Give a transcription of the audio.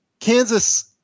Kansas –